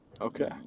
Okay